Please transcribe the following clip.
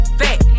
fat